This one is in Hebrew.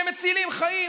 שמצילים חיים.